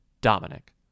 Dominic